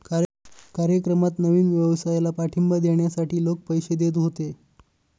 कार्यक्रमात नवीन व्यवसायाला पाठिंबा देण्यासाठी लोक पैसे देत होते